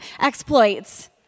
exploits